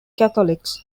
catholics